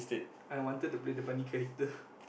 I wanted to play the funny character